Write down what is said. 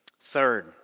Third